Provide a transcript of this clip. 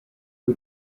who